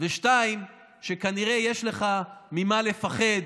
2. שכנראה יש לך ממה לפחד,